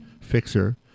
fixer